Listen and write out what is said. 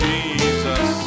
Jesus